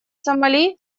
сомали